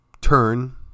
turn